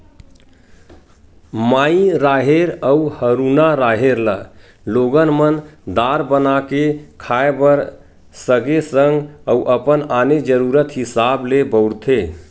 माई राहेर अउ हरूना राहेर ल लोगन मन दार बना के खाय बर सगे संग अउ अपन आने जरुरत हिसाब ले बउरथे